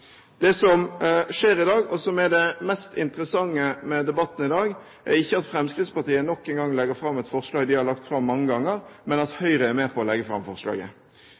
Det som skjer i dag, og som er det mest interessante med debatten i dag, er ikke at Fremskrittspartiet nok en gang legger fram et forslag de har lagt fram mange ganger, men at Høyre er med på å legge fram